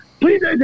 please